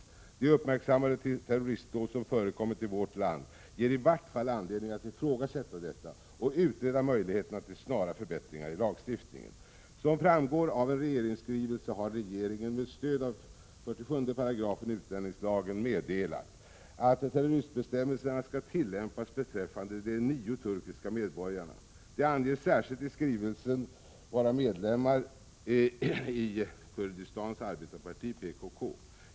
De uppmärksammade terroristdåd som förekommit i vårt land ger i vart fall anledning att ifrågasätta detta och att utreda möjligheterna till snara förbättringar i lagstiftningen. Som framgår av en regeringsskrivelse har regeringen med stöd av 47 § utlänningslagen meddelat att terroristbestämmelserna skall tillämpas beträffande de nio turkiska medborgarna. Det anges särskilt i skrivelsen att de är medlemmar i Kurdistans arbetareparti .